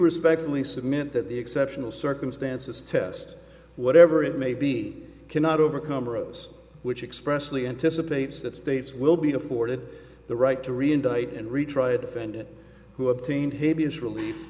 respectfully submit that the exceptional circumstances test whatever it may be cannot overcome are those which expressly anticipates that states will be afforded the right to re indict and retry a defendant who obtained hippias relief